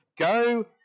go